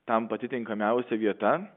tam pati tinkamiausia vieta